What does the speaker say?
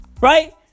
right